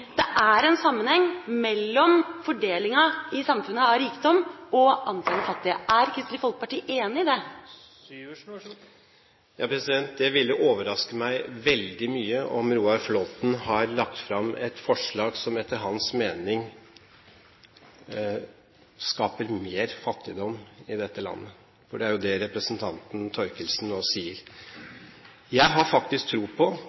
Det er en sammenheng mellom fordelinga av rikdom i samfunnet og antall fattige. Er Kristelig Folkeparti enig i det? Det ville overraske meg veldig mye om Roar Flåthen har lagt fram et forslag som etter hans mening skaper mer fattigdom i dette landet. Det er jo det representanten Thorkildsen nå sier. Jeg har faktisk tro på